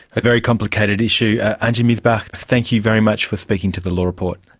a very complicated issue. antje missbach, thank you very much for speaking to the law report.